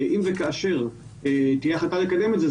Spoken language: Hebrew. אם וכאשר תהיה החלטה לקדם את זה,